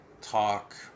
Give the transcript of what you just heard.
talk